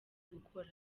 gukora